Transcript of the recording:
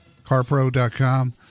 carpro.com